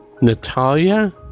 Natalia